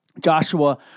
Joshua